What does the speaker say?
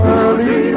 early